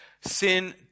sin